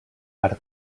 per